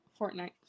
Fortnite